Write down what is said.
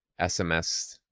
SMS